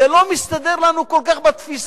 זה לא מסתדר לנו כל כך בתפיסה,